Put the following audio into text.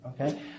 Okay